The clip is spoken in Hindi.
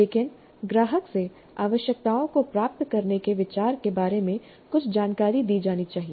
लेकिन ग्राहक से आवश्यकताओं को प्राप्त करने के विचार के बारे में कुछ जानकारी दी जानी चाहिए